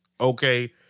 okay